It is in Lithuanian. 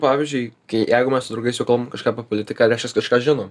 pavyzdžiui kai jeigu mes su draugais jau kalbam kažką apie politiką reiškias kažką žinom